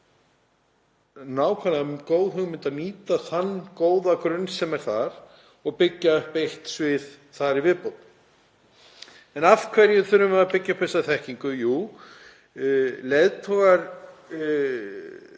— það er góð hugmynd að nýta þann góða grunn sem er þar og byggja upp eitt svið þar í viðbót. En af hverju þurfum við að byggja upp þessa þekkingu? Jú, þeir